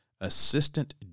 Assistant